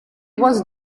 was